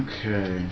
Okay